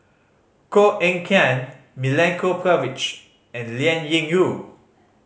Koh Eng Kian Milenko Prvacki and Liao Yingru